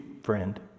friend